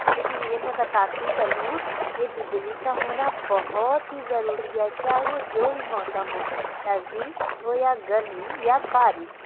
اسی لیے میں بتاتی چلوں کہ بجلی کا ہونا بہت ہی ضروری ہے چاہے وہ جو بھی موسم ہو سردی ہو یا گرمی یا بارش